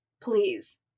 please